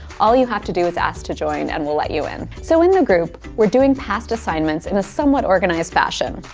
all you have to do is ask to join and we'll let you in. so in the group we're doing past assignments in a somewhat organized fashion.